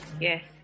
Yes